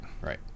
Right